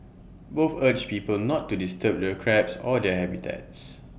both urged people not to disturb the crabs or their habitats